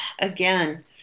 again